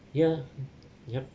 yeah yup